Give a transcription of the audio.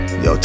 yo